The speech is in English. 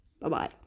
bye-bye